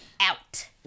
out